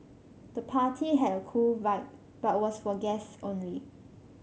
the party had a cool vibe but was for guests only